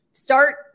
start